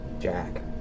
Jack